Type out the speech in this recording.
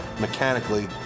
mechanically